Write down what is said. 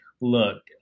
look